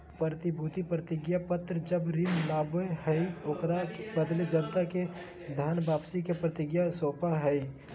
प्रतिभूति प्रतिज्ञापत्र जब ऋण लाबा हइ, ओकरा बदले जनता के धन वापसी के प्रतिज्ञापत्र सौपा हइ